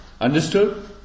Understood